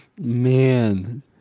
Man